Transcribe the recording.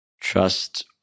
Trust